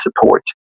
support